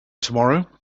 tomorrow